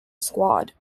squad